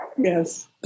Yes